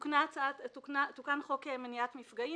(תיקון מניעת פגיעה